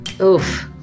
Oof